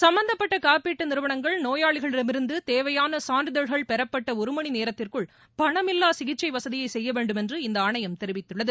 சம்பந்தப்பட்டகாப்பீட்டுநிறுவனங்கள் நோயாளிகளிடமிருந்துதேவையானசான்றிதழ்கள் பெறப்பட்டஒருமணிநேரத்திற்குள் பணமில்லாசிகிச்சைவசதியைசெய்யவேண்டும் என்று இந்தஆணையம் தெரிவித்துள்ளது